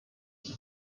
and